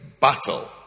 battle